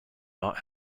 not